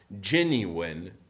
genuine